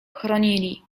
chronili